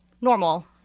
normal